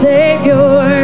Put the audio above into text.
Savior